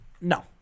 No